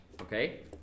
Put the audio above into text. okay